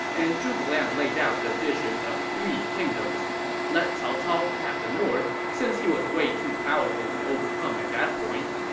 and zhuge liang laid out the vision of three kingdoms let cao cao have the north since he was way too powerful to overcome at that point,